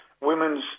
Women's